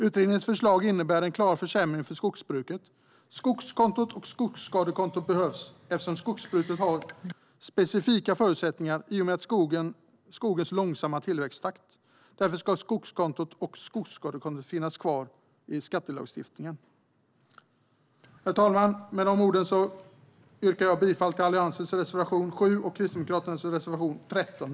Utredningens förslag innebär en klar försämring för skogsbruket. Skogskontot och skogsskadekontot behövs eftersom skogsbruket har specifika förutsättningar i och med skogens långsamma tillväxttakt. Därför ska skogskontot och skogsskadekontot finnas kvar i skattelagstiftningen. Herr talman! Med de orden yrkar jag bifall till Alliansens reservation 7 och Kristdemokraternas reservation 13.